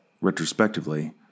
retrospectively